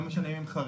לא משנה אם הם חרדים,